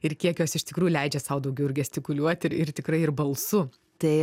ir kiek jos iš tikrųjų leidžia sau daugiau ir gestikuliuoti ir tikrai ir balsu tai